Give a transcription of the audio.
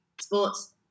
sports